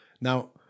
Now